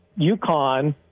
UConn